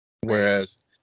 whereas